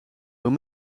door